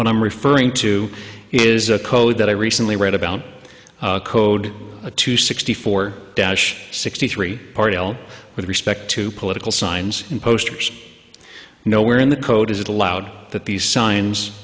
what i'm referring to is a code that i recently read about code a two sixty four dash sixty three particle with respect to political signs and posters no where in the code is it allowed that these signs